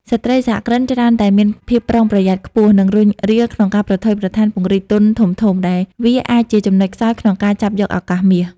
ស្ត្រីសហគ្រិនច្រើនតែមានភាពប្រុងប្រយ័ត្នខ្ពស់ និងរុញរាក្នុងការប្រថុយប្រថានពង្រីកទុនធំៗ ដែលវាអាចជាចំណុចខ្សោយក្នុងការចាប់យកឱកាសមាស។